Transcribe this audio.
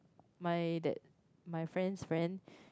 mine that my friend's friend